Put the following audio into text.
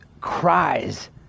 cries